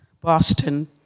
Boston